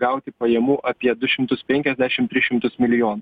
gauti pajamų apie du šimtus penkiasdešim tris šimtus milijonų